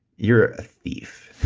you're a thief.